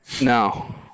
No